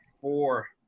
four